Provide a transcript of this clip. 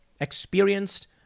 experienced